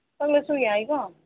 ꯀꯛꯂꯁꯨ ꯌꯥꯏꯀꯣ